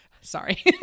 Sorry